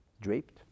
draped